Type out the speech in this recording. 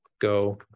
go